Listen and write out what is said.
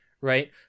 right